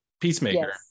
Peacemaker